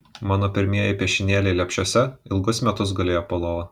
mano pirmieji piešinėliai lepšiuose ilgus metus gulėjo po lova